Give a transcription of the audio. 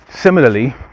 Similarly